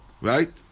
right